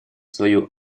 свою